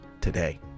today